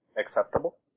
acceptable